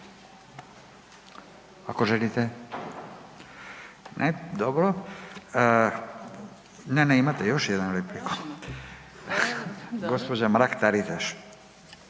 ako želite. Ne, dobro. Imate još jednu repliku, gospođa Mrak Taritaš.